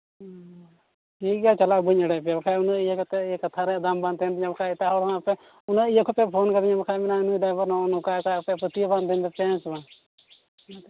ᱦᱮᱸ ᱴᱷᱤᱠ ᱜᱮᱭᱟ ᱪᱟᱞᱟᱜᱼᱟ ᱵᱟᱹᱧ ᱮᱲᱮ ᱯᱮᱭᱟ ᱵᱟᱠᱷᱟᱱ ᱩᱱᱟᱹᱜ ᱤᱭᱟᱹ ᱠᱟᱛᱮᱫ ᱠᱟᱛᱷᱟ ᱨᱮᱭᱟᱜ ᱫᱟᱢ ᱵᱟᱝ ᱛᱟᱦᱮᱱ ᱛᱤᱧᱟ ᱵᱟᱠᱷᱟᱱ ᱮᱴᱟᱜ ᱦᱚᱲ ᱦᱟᱸᱜ ᱯᱮ ᱩᱱᱟᱹᱜ ᱤᱭᱟᱹ ᱠᱟᱛᱮᱫ ᱯᱷᱳᱱ ᱠᱟᱹᱫᱤᱧᱟ ᱵᱟᱠᱷᱟᱱᱮᱢ ᱢᱮᱱᱟ ᱱᱩᱭ ᱰᱟᱭᱵᱷᱟᱨ ᱱᱚᱜᱼᱚ ᱱᱚᱝᱠᱟᱭᱮᱫᱟᱭ ᱟᱯᱮ ᱯᱟᱹᱛᱭᱟᱹᱣ ᱵᱟᱝ ᱛᱟᱦᱮᱱ ᱛᱟᱯᱮᱭᱟ ᱦᱮᱸ ᱥᱮ ᱵᱟᱝ